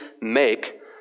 make